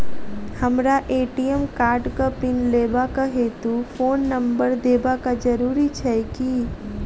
हमरा ए.टी.एम कार्डक पिन लेबाक हेतु फोन नम्बर देबाक जरूरी छै की?